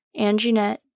Anginette